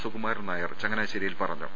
സുകുമാരൻ നായർ ചങ്ങനാശ്ശേരിയിൽ പറഞ്ഞു